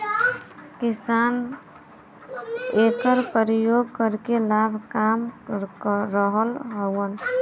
किसान एकर परियोग करके लाभ कमा रहल हउवन